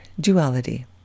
duality